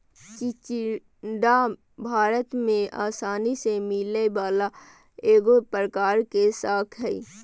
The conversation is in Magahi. चिचिण्डा भारत में आसानी से मिलय वला एगो प्रकार के शाक हइ